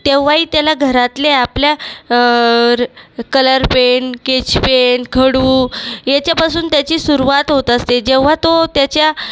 तेव्हाही त्याला घरातले आपल्या कलर पेन केचपेन खडू याच्यापासून त्याची सुरुवात होत असते जेव्हा तो त्याच्या